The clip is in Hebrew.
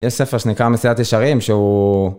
יש ספר שנקרא מסילת ישרים שהוא